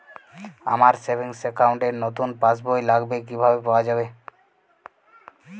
আমার savings account র নতুন পাসবই লাগবে কিভাবে পাওয়া যাবে?